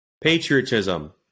Patriotism